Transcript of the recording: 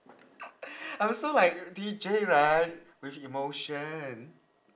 I'm so like D_J right with emotion